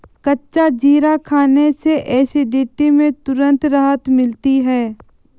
कच्चा जीरा खाने से एसिडिटी में तुरंत राहत मिलती है